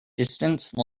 distance